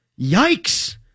yikes